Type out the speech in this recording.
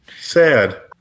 Sad